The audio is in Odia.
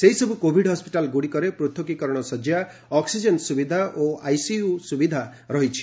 ସେହିସବୁ କୋଭିଡ୍ ହସ୍ୱିଟାଲ୍ଗୁଡ଼ିକରେ ପୂଥକୀକରଣ ଶଯ୍ୟା ଅକ୍ପିଜେନ୍ ସୁବିଧା ଓ ଆଇସିୟୁ ସୁବିଧାମାନ ରହିଛି